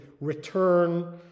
return